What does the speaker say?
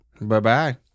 Bye-bye